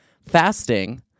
fasting